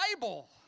Bible